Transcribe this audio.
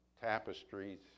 tapestries